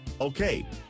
Okay